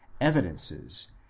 Evidences